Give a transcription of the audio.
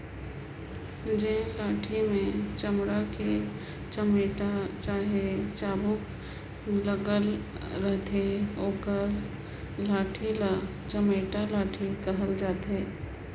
जेन लाठी मे चमड़ा कर चमेटा चहे चाबूक लगल रहथे ओकस लाठी ल चमेटा लाठी कहल जाथे